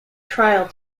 trial